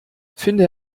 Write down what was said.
finde